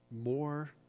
more